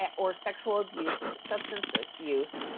or sexual abuse, substance ah use,